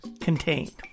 contained